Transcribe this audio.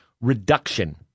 Reduction